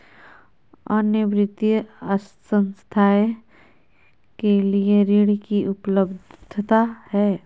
अन्य वित्तीय संस्थाएं के लिए ऋण की उपलब्धता है?